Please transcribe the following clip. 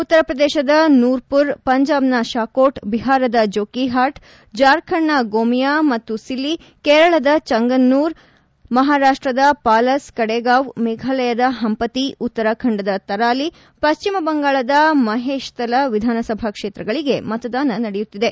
ಉತ್ತರ ಪ್ರದೇಶದ ನೂರ್ಪುರ್ ಪಂಜಾಬ್ನ ಶಾಕೋಟ್ ಬಿಹಾರದ ಜೋಕಿಹಾಟ್ ಜಾರ್ಖಂಡ್ನ ಗೋಮಿಯಾ ಮತ್ತು ಸಿಲ್ಲಿ ಕೇರಳದ ಚಂಗನ್ನೂರ್ ಮಹಾರಾಷ್ಟ್ದ ಪಾಲಸ್ ಕಡೆಗಾವ್ ಮೇಘಾಲಯದ ಹಂಪತಿ ಉತ್ತರಾಖಂಡದ ತರಾಲಿ ಪಶ್ಚಿಮ ಬಂಗಾಳದ ಮಹೇಶ್ತಲಾ ವಿಧಾನಸಭಾ ಕ್ಷೇತ್ರಗಳಿಗೆ ಮತದಾನ ನಡೆಯುತ್ತಿದೆ